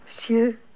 monsieur